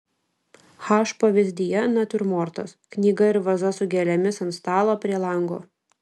h pavyzdyje natiurmortas knyga ir vaza su gėlėmis ant stalo prie lango